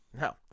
No